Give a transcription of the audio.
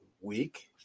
week